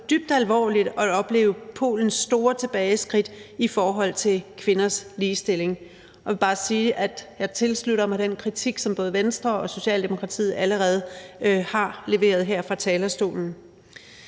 dybt alvorligt at opleve Polens store tilbageskridt i forhold til kvinders ligestilling. Og jeg vil bare sige, at jeg tilslutter mig den kritik, som både Venstre og Socialdemokratiet allerede har leveret her fra talerstolen.